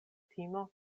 timo